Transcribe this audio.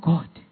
God